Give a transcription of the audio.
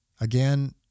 Again